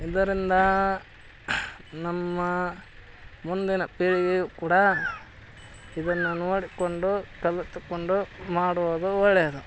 ಇದರಿಂದ ನಮ್ಮ ಮುಂದಿನ ಪೀಳಿಗೆ ಕೂಡ ಇದನ್ನು ನೋಡಿಕೊಂಡು ಕಲಿತುಕೊಂಡು ಮಾಡುವುದು ಒಳ್ಳೆಯದು